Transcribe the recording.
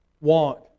want